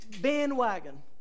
bandwagon